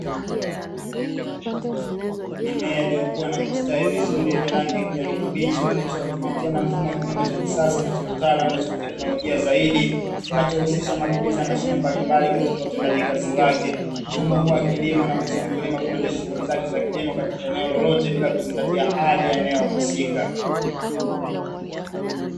Mimea iliyokua na kustawi vizuri yenye rangi ya kijani kibichi, iliyooteshwa kwa kutumia njia na mfumo wa kilimo cha kisasa na kitaalamu na cha kiteknolojia zaidi, kinachohusisha matumizi ya mashine mbalimbali katika utendaji wake. Mfumo huu wa kilimo unamuwezesha mkulima kuendesha shughuli zake za kilimo katika eneo lolote, bila kuzingatia hali ya eneo husika.